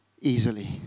Easily